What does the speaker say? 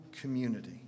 community